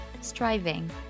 striving